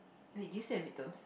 wait did you set the midterms